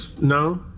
No